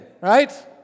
right